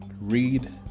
read